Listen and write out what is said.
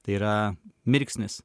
tai yra mirksnis